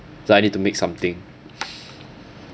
so I need to make something